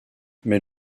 mais